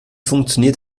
funktioniert